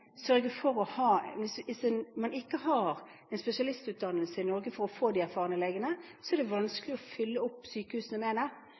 Hvis man ikke har en spesialistutdanning i Norge for å få de erfarne legene, er det